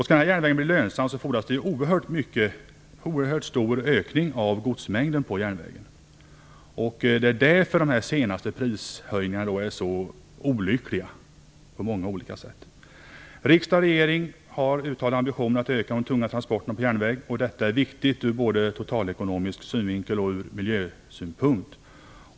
Skall den järnvägen bli lönsam fordras oerhört stor ökning av godsmängden på järnvägen. Det är därför de här senaste prishöjningarna är så olyckliga på många olika sätt. Riksdag och regering har uttalat en ambition att öka de tunga transporterna på järnväg, och detta är viktigt både ur totalekonomisk synvinkel och ur miljösynpunkt.